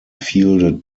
fielded